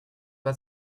pas